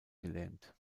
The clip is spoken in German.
gelähmt